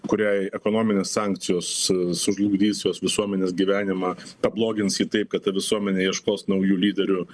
kuriai ekonominės sankcijos sužlugdys jos visuomenės gyvenimą pablogins jį taip kad ta visuomenė ieškos naujų lyderių